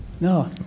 No